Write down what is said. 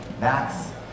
Max